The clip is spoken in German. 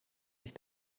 mich